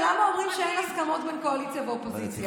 בבקשה.